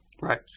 Right